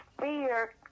Fear